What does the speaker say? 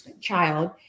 child